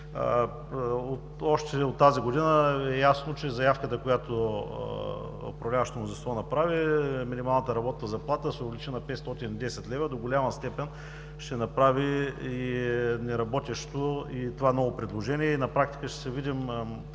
Още от тази година – ясно, че заявката, която управляващото мнозинство направи – минималната работна заплата да се увеличи на 510 лв., до голяма степен ще направи неработещо и това ново предложение. На практика ще се видим